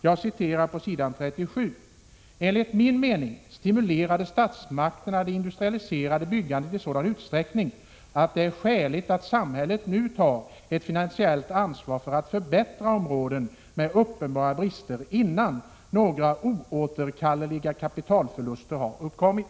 Jag citerar på s. 37: ”Enligt min mening stimulerade statsmakterna det industrialiserade byggandet i sådan utsträckning att det är skäligt att samhället nu tar ett finansiellt ansvar för att förbättra områden med uppenbara brister innan några oåterkalleliga kapitalförluster har uppkommit.”